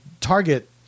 target –